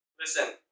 Listen